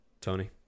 Tony